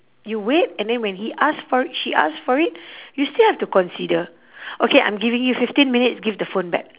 you wait and then when he ask for it she ask for it you still have to consider okay I'm giving you fifteen minutes give the phone back